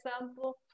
example